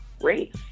race